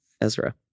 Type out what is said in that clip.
Ezra